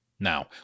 Now